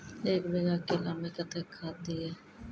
एक बीघा केला मैं कत्तेक खाद दिये?